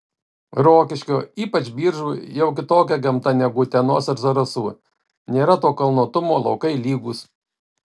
rokiškio ypač biržų jau kitokia gamta negu utenos ar zarasų nėra to kalnuotumo laukai lygūs